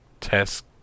test